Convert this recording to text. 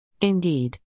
Indeed